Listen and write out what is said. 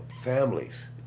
families